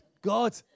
God